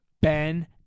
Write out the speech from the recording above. Ben